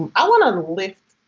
i want to and lift